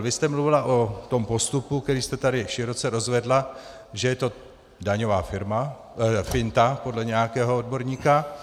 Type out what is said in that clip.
Vy jste mluvila o tom postupu, který jste tady široce rozvedla, že je to daňová finta podle nějakého odborníka.